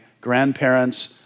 grandparents